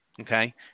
Okay